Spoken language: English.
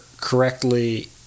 correctly